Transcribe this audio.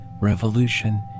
revolution